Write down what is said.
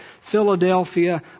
Philadelphia